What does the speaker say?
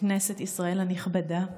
כנסת ישראל הנכבדה,